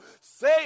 Say